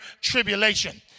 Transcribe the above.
tribulation